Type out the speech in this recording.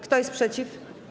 Kto jest przeciw?